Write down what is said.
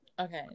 Okay